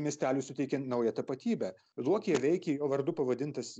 miesteliui suteikė naują tapatybę luokėje veikė jo vardu pavadintas